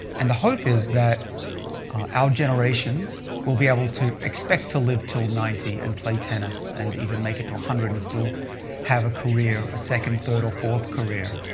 and the hope is that our generations will be able to expect to live till ninety and play tennis, and even make it to one hundred and still have a career, a second, third, or fourth career,